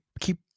keep